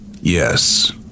Yes